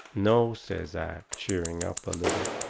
no, says i, cheering up a little,